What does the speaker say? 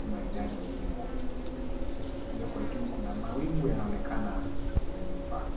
umaridadi wa jengo hili. Pia kwa juu Kuna mawingu yanayo onekana kwa nyuma.